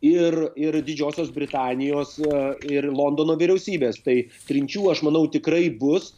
ir ir didžiosios britanijos ir londono vyriausybės tai trinčių aš manau tikrai bus